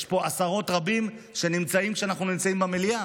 יש פה עשרות רבות שנמצאים כשאנחנו נמצאים במליאה.